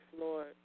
Lord